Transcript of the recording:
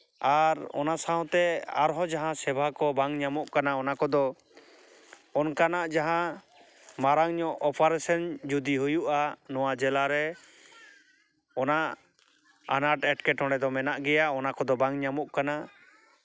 ᱟᱨ ᱚᱱᱟ ᱥᱟᱶᱛᱮ ᱟᱨᱦᱚᱸ ᱡᱟᱦᱟᱸ ᱥᱮᱵᱟ ᱠᱚ ᱵᱟᱝ ᱧᱟᱢᱚᱜ ᱠᱟᱱᱟ ᱚᱱᱟ ᱠᱚᱫᱚ ᱚᱱᱠᱟᱱᱟᱜ ᱡᱟᱦᱟᱸ ᱢᱟᱨᱟᱝ ᱧᱚᱜ ᱚᱯᱟᱨᱮᱥᱮᱱ ᱡᱩᱫᱤ ᱦᱩᱭᱩᱜᱼᱟ ᱱᱚᱣᱟ ᱡᱮᱞᱟᱨᱮ ᱚᱱᱟ ᱟᱱᱟᱴ ᱮᱸᱴᱠᱮᱴᱚᱬᱮ ᱫᱚ ᱢᱮᱱᱟᱜ ᱜᱮᱭᱟ ᱚᱱᱟ ᱠᱚᱫᱚ ᱵᱟᱝ ᱧᱟᱢᱚᱜ ᱠᱟᱱᱟ